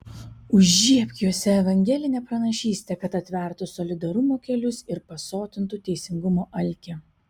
užžiebk juose evangelinę pranašystę kad atvertų solidarumo kelius ir pasotintų teisingumo alkį